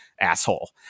asshole